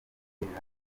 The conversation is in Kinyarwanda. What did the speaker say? gutera